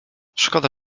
szkoda